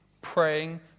praying